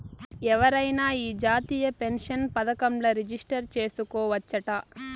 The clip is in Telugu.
ఎవరైనా ఈ జాతీయ పెన్సన్ పదకంల రిజిస్టర్ చేసుకోవచ్చట